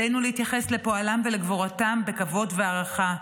עלינו להתייחס לפועלם ולגבורתם בכבוד ובהערכה.